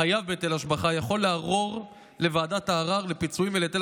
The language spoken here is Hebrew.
החייב בהיטל השבחה יכול לערור לוועדת הערר לפיצויים ולהיטל